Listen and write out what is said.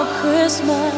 Christmas